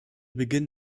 beginnen